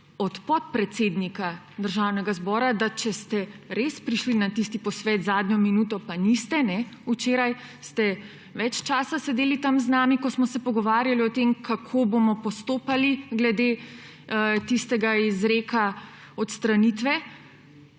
podpredsednika Državnega zbora, če ste res prišli na tisti posvet zadnjo minuto – pa niste, včeraj ste ves časa sedeli tam z nami, ko smo se pogovarjali o tem, kako bomo postopali glede tistega izreka odstranitve